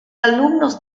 alumnos